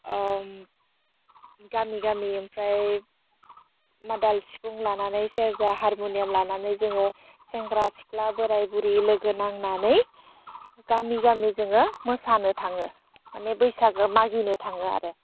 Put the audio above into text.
गामि गामि ओमफ्राय मादाल सिफुं लानानै सेरजा हारमुनियाम लानानै जोङो सेंग्रा सिख्ला बोराय बुरि लोगो नांनानै गामि गामि जोङो मोसानो थाङो मानि बैसागो मागिनो थाङो आरो